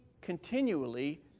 continually